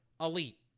elite